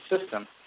system